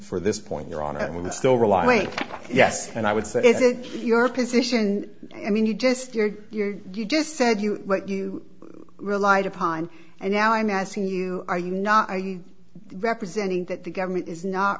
for this point you're on it when it's still relying yes and i would say is it your position i mean you just you're you're you just said you what you relied upon and now i'm asking you are you not representing that the government is not